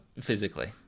physically